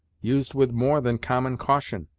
used with more than common caution!